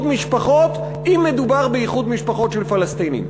משפחות אם מדובר באיחוד משפחות של פלסטינים.